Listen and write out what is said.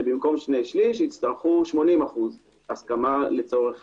שבמקום שני שליש יצטרכו 80% הסכמה לצורך